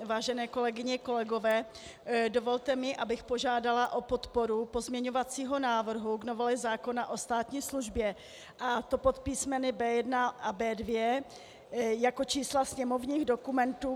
Vážené kolegyně, kolegové, dovolte mi, abych požádala o podporu pozměňovacího návrhu k novele zákona o státní službě, a to pod písmeny B1 a B2, jako čísla sněmovních dokumentů 5554 a 5555.